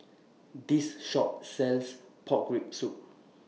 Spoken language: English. This Shop sells Pork Rib Soup